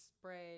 spread